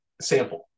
sample